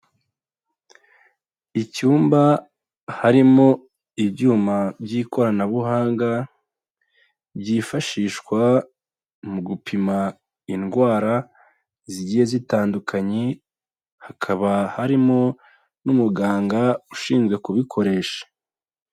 Icyumba harimo ibyuma by'ikoranabuhanga byifashishwa mu gupima indwara zigiye zitandukanye, hakaba harimo n'umuganga ushinzwe kubikoresha.